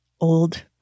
old